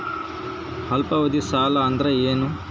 ಅಲ್ಪಾವಧಿ ಸಾಲ ಅಂದ್ರ ಏನು?